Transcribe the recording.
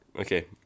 Okay